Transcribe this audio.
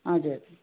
हजुर